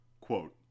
Quote